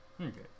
Okay